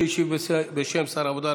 שהשיב בשם שר העבודה,